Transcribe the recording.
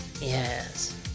yes